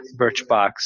Birchbox